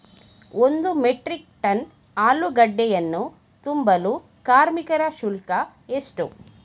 ಒಂದು metric ton ಆಲೂಗೆಡ್ಡೆಯನ್ನು ತುಂಬಲು ಕಾರ್ಮಿಕರ ಶುಲ್ಕ ಎಷ್ಟು?